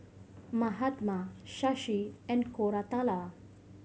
Mahatma Shashi and Koratala